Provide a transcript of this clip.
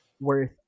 worth